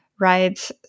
right